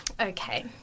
Okay